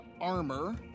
armor